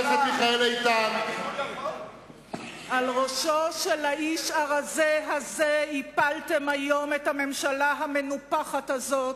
על ראשו של האיש הרזה הזה הפלתם היום את הממשלה המנופחת הזאת,